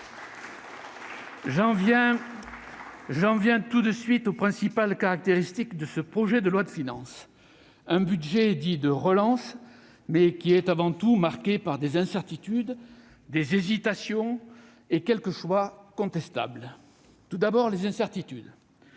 J'en viens tout de suite aux principales caractéristiques de ce projet de loi de finances : un budget dit « de relance », mais qui est avant tout marqué par des incertitudes, des hésitations et quelques choix contestables. Je voudrais commencer par les incertitudes